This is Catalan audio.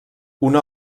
una